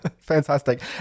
Fantastic